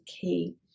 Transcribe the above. key